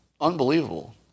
Unbelievable